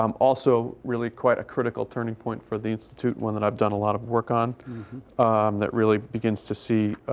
um also really quite a critical turning point for the institute. one that i've done a lot of work on that really begins to see